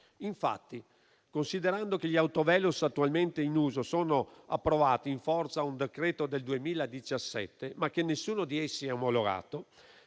Infatti, considerando che gli autovelox attualmente in uso sono approvati in forza a un decreto del 2017, ma che nessuno di essi è omologato,